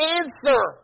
answer